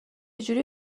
جوری